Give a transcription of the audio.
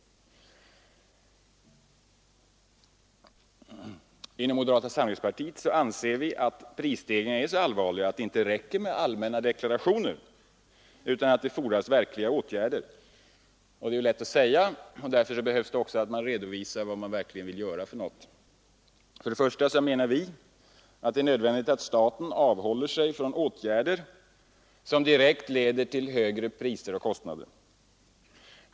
Inom moderata samlingspartiet anser vi att prisstegringarna är så allvarliga att det inte räcker med allmänna deklarationer utan att det fordras verkliga åtgärder. Det är lätt att säga. Därför är det också nödvändigt att man redovisar vad man verkligen vill göra. För det första menar vi att det är nödvändigt att staten avhåller sig från åtgärder som direkt leder till högre kostnader och priser.